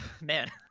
man